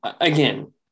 Again